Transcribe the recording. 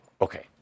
Okay